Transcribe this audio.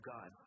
God